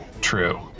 True